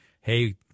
hey